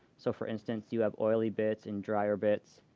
so for instance, you have oily bits and drier bits,